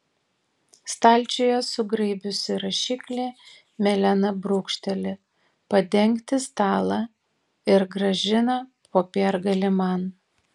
stalčiuje sugraibiusi rašiklį melena brūkšteli padengti stalą ir grąžina popiergalį man